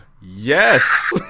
Yes